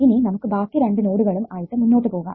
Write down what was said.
ഇനി നമുക്ക് ബാക്കി രണ്ട് നോഡുകളും ആയിട്ട് മുന്നോട്ടു പോകാം